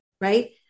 right